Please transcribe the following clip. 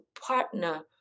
partner